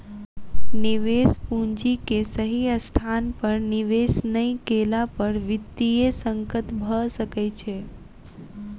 निवेश पूंजी के सही स्थान पर निवेश नै केला पर वित्तीय संकट भ सकै छै